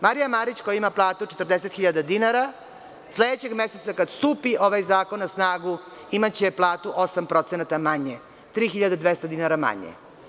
Marija Marić, koja ima platu 40 hiljada dinara, sledećeg meseca, kada stupi ovaj zakon na snagu, imaće platu 8% manje, 3200 dinara manje.